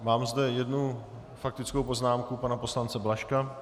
Mám zde jednu faktickou poznámku pana poslance Blažka.